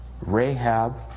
Rahab